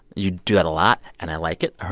you do that a lot. and i like it.